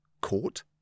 Court